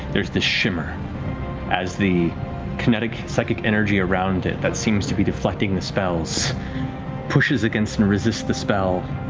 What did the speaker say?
there's this shimmer as the kinetic, psychic energy around it that seems to be deflecting the spells pushes against and resists the spell